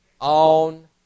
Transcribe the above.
on